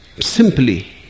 Simply